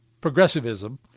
progressivism